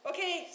Okay